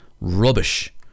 rubbish